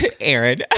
Aaron